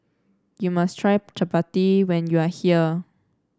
you must try chappati when you are here